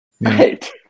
Right